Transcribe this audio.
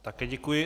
Také děkuji.